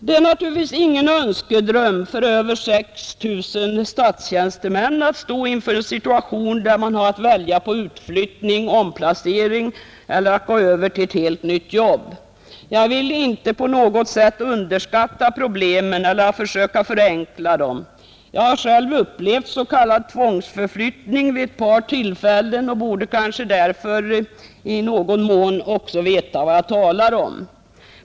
Det är naturligtvis ingen önskedröm för över 6 000 statstjänstemän att stå i den situationen att man har att välja mellan utflyttning, omplacering eller att gå över till ett helt nytt jobb. Jag vill inte på något sätt underskatta problemen eller förenkla dem. Jag har själv vid ett par tillfällen upplevt s.k. tvångsförflyttning och vet därför vad jag talar om.